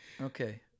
Okay